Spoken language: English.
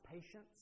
patience